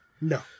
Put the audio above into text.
No